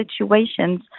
situations